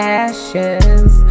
ashes